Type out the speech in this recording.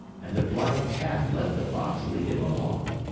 and the blind cat let the fox lead him along.